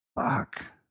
fuck